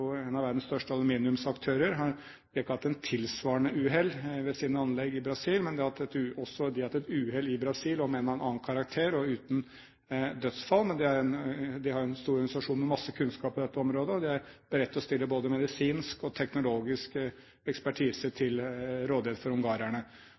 av verdens største aluminiumsaktører, har hatt ikke et tilsvarende uhell ved sine anlegg i Brasil, men de har hatt et uhell i Brasil, om enn av en annen karakter og uten dødsfall. Det er en stor organisasjon med masse kunnskap på dette området. Vi er beredt til å stille både medisinsk og teknologisk ekspertise